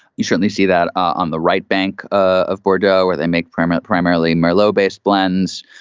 you certainly see that on the right bank of bordeaux, where they make pramit primarily marleau based blends.